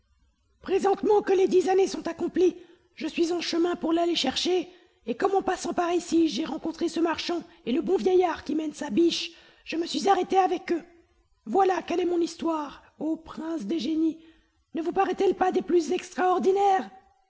présentement que les dix années sont accomplies je suis en chemin pour l'aller chercher et comme en passant par ici j'ai rencontré ce marchand et le bon vieillard qui mène sa biche je me suis arrêté avec eux voilà quelle est mon histoire ô prince des génies ne vous paraît-elle pas des plus extraordinaires